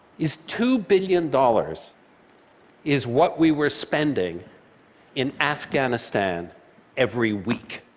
is two billion dollars is what we were spending in afghanistan every week.